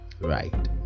right